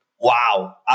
wow